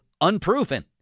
unproven